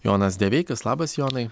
jonas deveikis labas jonai